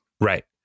Right